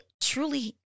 truly